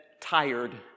tired